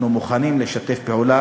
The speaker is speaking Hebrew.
אנחנו מוכנים לשתף פעולה.